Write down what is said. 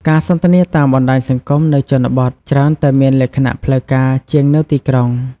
ការសន្ទនាតាមបណ្ដាញសង្គមនៅជនបទច្រើនតែមានលក្ខណៈផ្លូវការជាងនៅទីក្រុង។